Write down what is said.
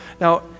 Now